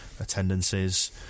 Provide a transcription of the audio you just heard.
attendances